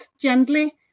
gently